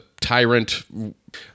tyrant